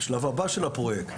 השלב הבא של הפרויקט.